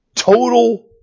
Total